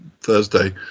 Thursday